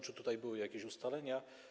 Czy tutaj były jakieś ustalenia?